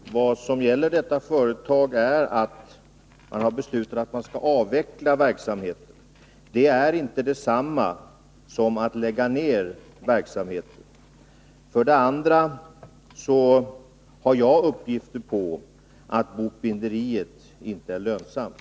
Herr talman! Vad som gäller i detta företag är för det första att man har beslutat att avveckla verksamheten. Det är inte detsamma som att lägga ner verksamheten. För det andra har jag uppgifter om att bokbinderiet inte är lönsamt.